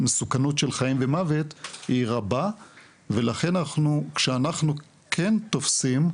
מסוכנות של חיים ומוות היא רבה ולכן כשאנחנו כן תופסים,